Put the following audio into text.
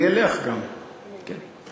אני מודיע את זה